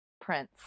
prince